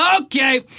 okay